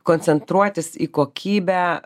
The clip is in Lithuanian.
koncentruotis į kokybę